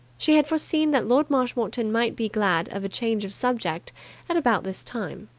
she had foreseen that lord marshmoreton might be glad of a change of subject at about this time.